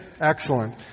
Excellent